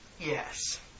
Yes